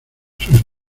sus